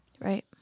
Right